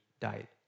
died